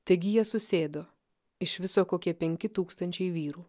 taigi jie susėdo iš viso kokie penki tūkstančiai vyrų